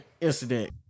incident